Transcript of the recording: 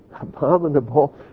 abominable